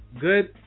good